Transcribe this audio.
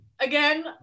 again